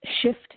Shift